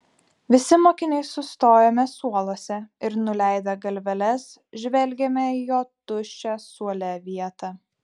visi mokiniai sustojome suoluose ir nuleidę galveles žvelgėme į jo tuščią suole vietą